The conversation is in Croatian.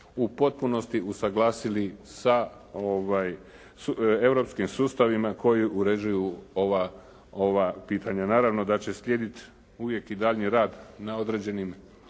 u potpunosti usaglasili sa europskim sustavima koji uređuju ova pitanja. Naravno da će slijediti uvijek i daljnji rad na određenim